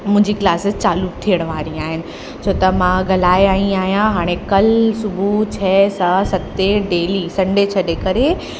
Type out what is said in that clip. मुंहिंजी क्लासिस चालू थियण वारी आहिनि छो त मां ॻल्हाए आही आहियां हाणे कल्ह सुबुह छह सां सते डेली संडे छॾे करे